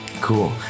Cool